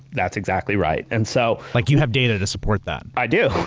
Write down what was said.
that's exactly right. and so like you have data to support that. i do!